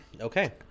Okay